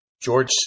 George